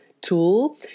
tool